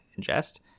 ingest